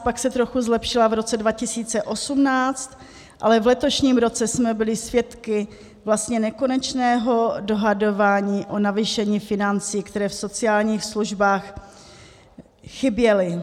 Pak se trochu zlepšila v roce 2018, ale v letošním roce jsme byli svědky vlastně nekonečného dohadování o navýšení financí, které v sociálních službách chyběly.